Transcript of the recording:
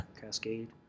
cascade